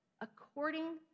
according